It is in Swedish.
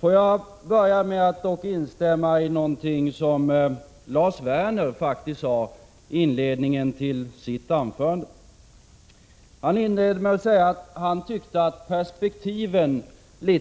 Låt mig börja med att instämma i något som Lars Werner sade i inledningen till sitt anförande. Han tyckte att perspektiven